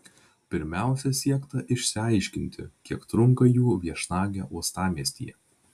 pirmiausia siekta išsiaiškinti kiek trunka jų viešnagė uostamiestyje